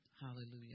Hallelujah